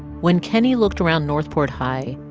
when kenney looked around north port high,